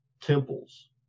temples